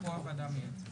גם פה הוועדה המייעצת.